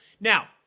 now